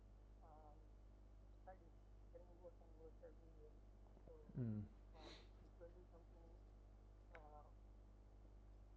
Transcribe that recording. mm